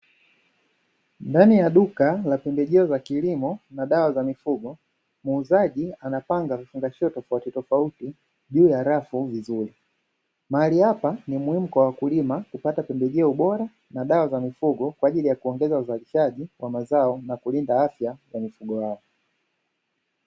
Ndani ya duka la pembejeo za kilimo na dawa za mifugo, muuzaji anapanga vifungashio tofautitofauti juu ya rafu vizuri. Mahali hapa ni muhimu kwa wakulima kupata pembejeo bora na dawa za mifugo kwaajili ya kuongeza uzalishaji wa mazao na kulinda afya kwa mifugo yao.